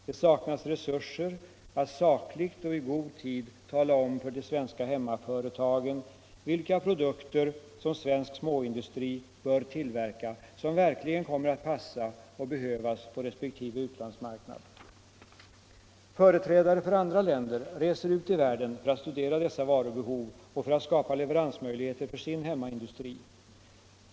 Det saknas resurser att sakligt och i god tid tala om för de svenska hemmaföretagen vilka produkter som svensk småindustri bör tillverka, som verkligen kommer att passa och behövas på resp. utlandsmarknad. Företrädare för andra länder reser ut i världen för att studera dessa varubehov och för att skapa leveransmöjligheter för sin hemmaindustri.